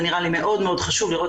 זה נראה לי מאוד מאוד חשוב כדי לראות